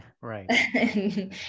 right